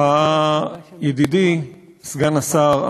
ידידי סגן השר,